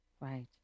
Right